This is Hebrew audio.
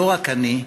לא רק אני,